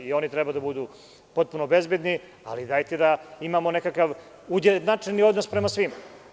I oni treba da budu potpuno bezbedni, ali dajte da imamo nekakav ujednačen odnos prema svima.